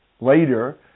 later